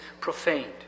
profaned